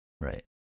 right